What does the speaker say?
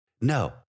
No